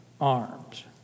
arms